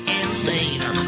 insane